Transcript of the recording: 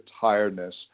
tiredness